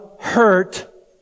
hurt